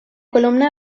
columna